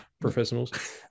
professionals